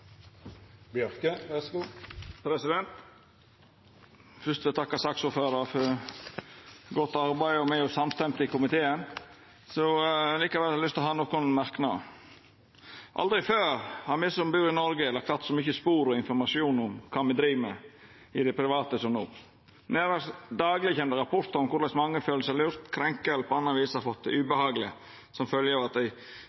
samstemte i komiteen, men eg har likevel nokre merknader. Aldri før har me som bur i Noreg, etterlate oss så mange spor og informasjon om kva me driv med i det private som no. Nærmast dagleg kjem det rapportar om korleis mange føler seg lurte, krenka eller på anna vis har fått det